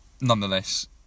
nonetheless